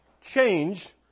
Change